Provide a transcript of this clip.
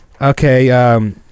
okay